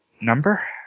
Number